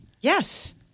Yes